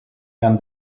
and